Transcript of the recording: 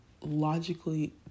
logically